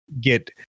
get